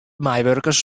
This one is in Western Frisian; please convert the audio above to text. meiwurkers